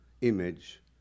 image